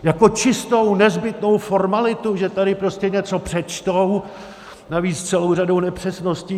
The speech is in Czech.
Jako čistou nezbytnou formalitu, že tady prostě něco přečtou, navíc s celou řadou nepřesností.